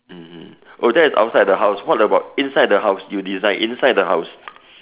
mmhmm oh that's outside the house what about inside the house you design inside the house